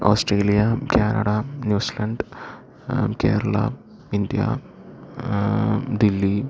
Australia Canada New Zealand Kerala India Delhi